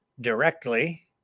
directly